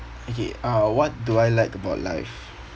okay uh what do I like about life